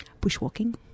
Bushwalking